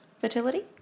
fertility